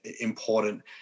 important